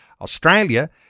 Australia